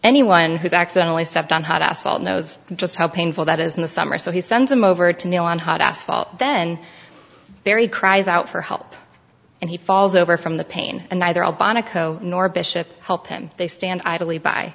anyone who's accidentally stepped on hot asphalt knows just how painful that is in the summer so he sends him over to kneel on hot asphalt then very cries out for help and he falls over from the pain and neither obama nor bishop help him they stand idly by